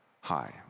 high